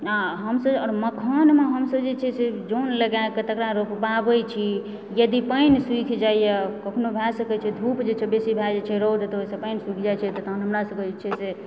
आ हमसब आर मखानमे हमसब जे छै से जन लगाएकऽ तेकर रोपबाबै छी यदि पानि सूखि जाइए कखनो भए सकय छै धूप जे छै से बेसी भए जाइत छै रौद तौद ओहिसँ पानि सूखि जाइत छै तहन हमरा सबकेँ जे छै से